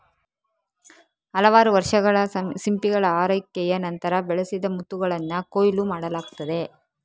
ಹಲವಾರು ವರ್ಷಗಳ ಸಿಂಪಿಗಳ ಆರೈಕೆಯ ನಂತರ, ಬೆಳೆಸಿದ ಮುತ್ತುಗಳನ್ನ ಕೊಯ್ಲು ಮಾಡಲಾಗ್ತದೆ